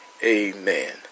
Amen